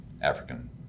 African